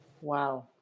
Wow